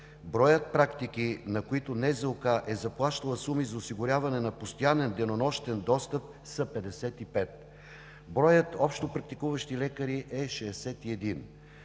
Броят практики, на които НЗОК е заплащала суми за осигуряване на постоянен, денонощен достъп, са 55. Броят общопрактикуващи лекари е 61,